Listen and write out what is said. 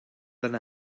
than